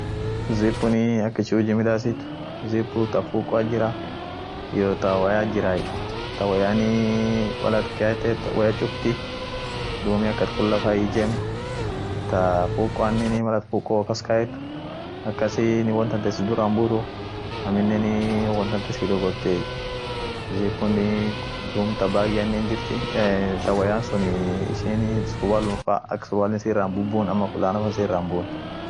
Kalamunii ak ishin huji midaasit. kalaamunii wino kabdie. ta penseliit jira aminen ta winoat jirai, ta penseli mara biri inana akan wochorkan inamakaant akanii tumietai wochooreni maye duum rangi fa irjeebiseni akas huji midaasitie. tunii shule faanen hinsoomeni, ofisiinen hi midaaseniin, woin bareesenie woishin barua won hujia